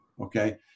Okay